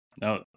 No